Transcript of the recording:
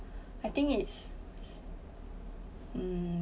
I think it's um